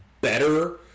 better